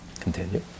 Continue